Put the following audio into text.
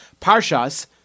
Parshas